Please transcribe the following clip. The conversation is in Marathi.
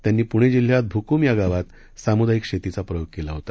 त्यांनी पुणे जिल्ह्यात भुकूम या गावात सामुदायिक शेतीचा प्रयोग केला होता